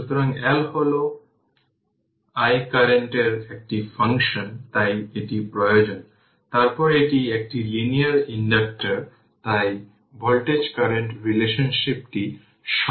সুতরাং L হল I কারেন্টের একটি ফাংশন তাই এটি প্রয়োজন তারপর এটি একটি লিনিয়ার ইনডাক্টর তাই ভোল্টেজ কারেন্ট রিলেশনশিপটি সহজ